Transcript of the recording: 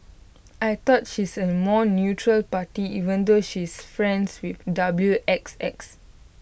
I thought she's A more neutral party even though she is friends with W X X